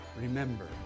Remember